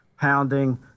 pounding